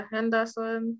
Henderson